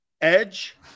Edge